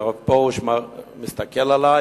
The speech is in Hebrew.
ופרוש מסתכל עלי,